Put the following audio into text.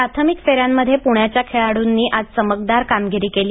प्राथमिक फेऱ्यांमध्ये पुण्याच्या खेळाडूंनी आज चमकदार कामगिरी केली